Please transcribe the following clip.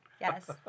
yes